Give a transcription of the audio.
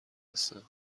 هستند